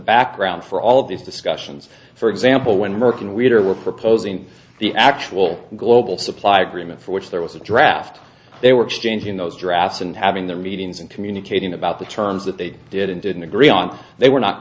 background for all of these discussions for example when merck and leader were proposing the actual global supply agreement for which there was a draft they were exchanging those drafts and having their meetings and communicating about the terms that they did and didn't agree on they were not